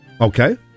Okay